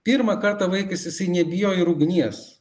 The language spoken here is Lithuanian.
pirmą kartą vaikas jisai nebijo ir ugnies